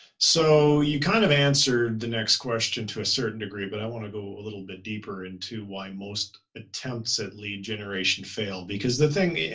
so you kind of answered the next question to a certain degree, but i want to go a little bit deeper into why most attempts at lead generation fail. because the thing is,